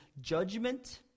judgment